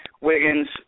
Wiggins